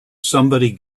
somebody